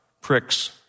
pricks